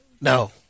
No